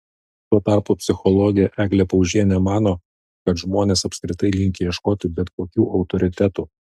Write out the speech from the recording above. tuo tarpu psichologė eglė paužienė mano kad žmonės apskritai linkę ieškoti bet kokių autoritetų